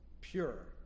pure